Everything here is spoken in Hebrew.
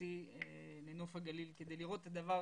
לשכתי לנוף הגליל כדי לראות את הדבר